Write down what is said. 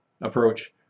approach